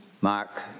Mark